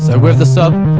and with the sub.